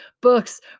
books